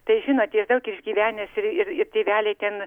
tai žinot jis daug išgyvenęs ir ir ir tėveliai ten